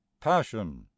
passion